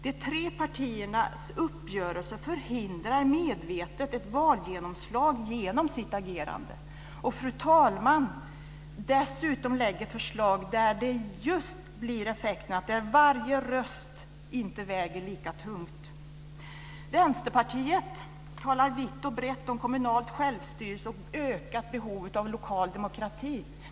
De tre partierna förhindrar medvetet ett valgenomslag genom sitt agerande. Dessutom, fru talman, lägger de fram förslag som just får effekten att varje röst inte väger lika tungt. Vänsterpartiet talar vitt och brett om kommunalt självstyre och ökat behov av lokal demokrati.